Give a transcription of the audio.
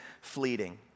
fleeting